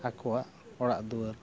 ᱟᱠᱚᱣᱟᱜ ᱚᱲᱟᱜ ᱫᱩᱣᱟᱹᱨ